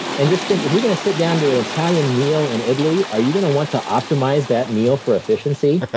and just think, if you're going to sit down to an italian meal in italy, are you going to want to optimize that meal for efficiency?